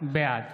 אינו נוכח